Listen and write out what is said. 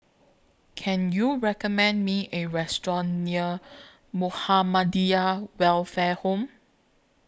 Can YOU recommend Me A Restaurant near Muhammadiyah Welfare Home